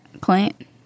Clint